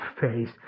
face